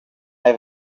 have